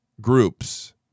groups